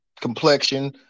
complexion